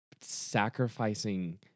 sacrificing